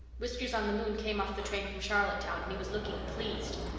whiskers-on-the-moon came off the train from charlottetown and he was looking pleased.